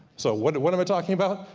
so what what am i talking about?